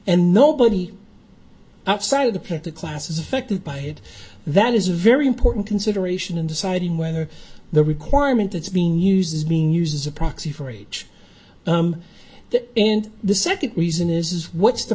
and nobody outside the picked a class is affected by it that is a very important consideration in deciding whether the requirement that's being used is being used as a proxy for age and the second reason is is what's the